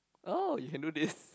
oh he can do this